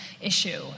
issue